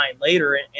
later